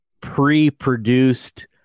pre-produced